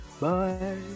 Bye